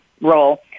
role